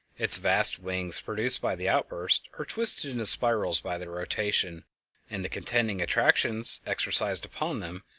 its vast wings produced by the outburst are twisted into spirals by their rotation and the contending attractions exercised upon them,